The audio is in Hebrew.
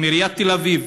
אם עיריית תל אביב